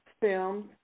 Films